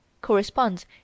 corresponds